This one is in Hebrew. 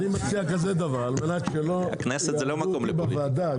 אני מציע כזה דבר: על מנת שלא יעכבו אותי בוועדה,